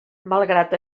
malgrat